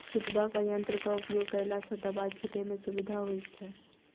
छिटबाक यंत्रक उपयोग कयला सॅ दबाई छिटै मे सुविधा होइत छै